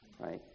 right